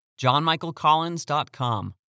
JohnMichaelCollins.com